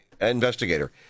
investigator